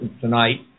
tonight